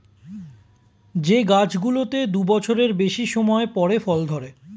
যে গাছগুলোতে দু বছরের বেশি সময় পরে ফল ধরে